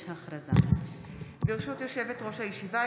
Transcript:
ברשות יושבת-ראש הישיבה,